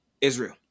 Israel